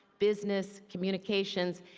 business, communications.